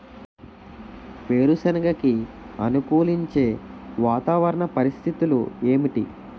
వేరుసెనగ కి అనుకూలించే వాతావరణ పరిస్థితులు ఏమిటి?